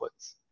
inputs